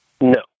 No